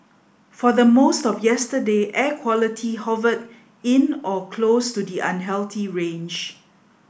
for the most of yesterday air quality hovered in or close to the unhealthy range